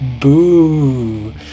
boo